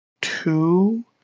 Two